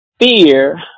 fear